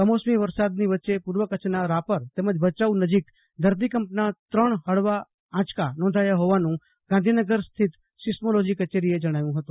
કમોસમી વરસાદ વચ્ચે પૂર્વ કચ્છના રાપર તેમજ ભચાઉ નજીક ધરતીકંપના ત્રણ હળવા આંચકા નોંધાયા હોવાનું ગાંધીનગરસ્થિત સિસ્મોલોજી કચેરીએ જણાવ્યું હતું